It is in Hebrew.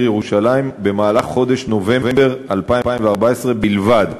ירושלים במהלך חודש נובמבר 2014 בלבד,